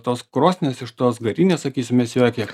tos krosnies iš tos garinės sakysim nes yra kiek